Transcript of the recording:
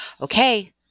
okay